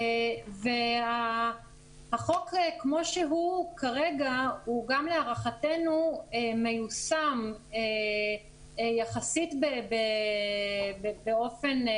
והחוק כמו שהוא כרגע הוא גם להערכתנו מיושם יחסית באופן,